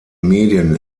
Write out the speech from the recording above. medien